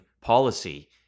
policy